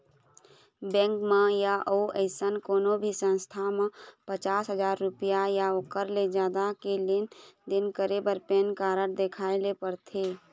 bank म य अउ अइसन कोनो भी संस्था म पचास हजाररूपिया य ओखर ले जादा के लेन देन करे बर पैन कारड देखाए ल परथे